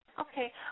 Okay